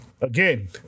again